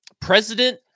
president